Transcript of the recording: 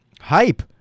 hype